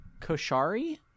koshari